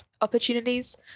opportunities